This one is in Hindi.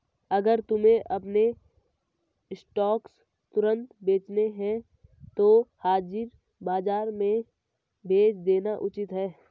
अगर तुम्हें अपने स्टॉक्स तुरंत बेचने हैं तो हाजिर बाजार में बेच देना उचित है